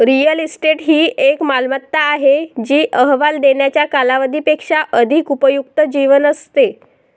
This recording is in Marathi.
रिअल इस्टेट ही एक मालमत्ता आहे जी अहवाल देण्याच्या कालावधी पेक्षा अधिक उपयुक्त जीवन असते